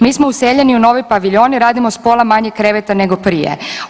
Mi smo useljeni u novi paviljon i radimo s pola manje kreveta nego prije.